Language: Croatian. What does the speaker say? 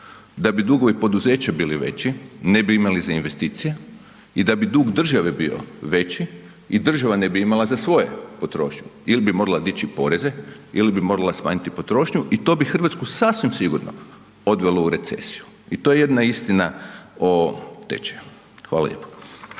da bi dugovi poduzeća bili veći, ne bi imali za investicije, i da bi dug države bio veći, i država ne bi imala za svoje, potrošnju, ili bi morala dići poreze, ili bi morala smanjiti potrošnju, i to bi Hrvatsku sasvim sigurno odvelo u recesiju, i to je jedna istina o tečaju. Hvala lijepo.